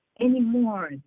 anymore